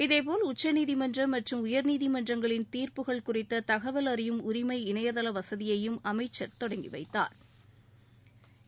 இதேபோல் உச்சநீதிமன்ற மற்றும் உயர்நீதிமன்றங்களின் தீர்ப்புகள் குறித்த தகவல் அறியும் உரிமை இணையதள வசதியையைம் அமைச்சர் தொடங்கி வைத்தாா்